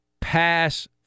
pass